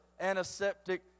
antiseptic